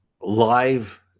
live